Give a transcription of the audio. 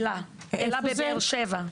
איפה זה?